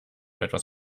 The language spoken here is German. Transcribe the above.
etwas